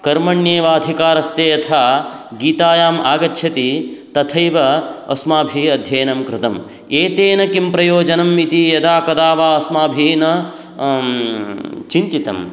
कर्मण्येवाधिकारस्ते यथा गीतायाम् आगच्छति तथैव अस्माभिः अध्ययनं कृतम् एतेन किं प्रयोजनम् इति यदा कदा वा अस्माभिः न चिन्तितं